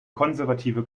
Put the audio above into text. konservative